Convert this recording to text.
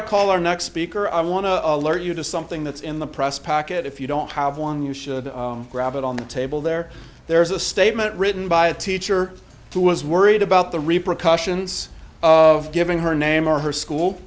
i call our next speaker i want to alert you to something that's in the press packet if you don't have one you should grab it on the table there there is a statement written by a teacher who was worried about the repercussions of giving her name or her school